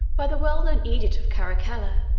by the well-known edict of caracalla,